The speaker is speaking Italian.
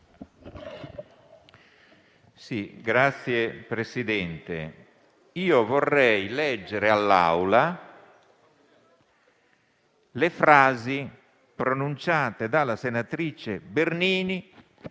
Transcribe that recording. Signor Presidente, vorrei leggere all'Assemblea le frasi pronunciate dalla senatrice Bernini